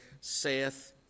saith